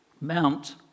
Mount